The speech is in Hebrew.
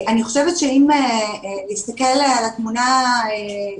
אני חושבת שאם נסתכל על התמונה במלואה,